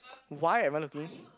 why am I looking